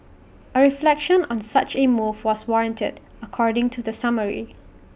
A reflection on such A move was warranted according to the summary